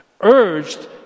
urged